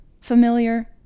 Familiar